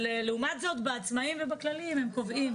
אבל לעומת זאת בעצמאיים ובכלליים הם קובעים.